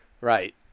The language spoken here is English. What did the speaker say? Right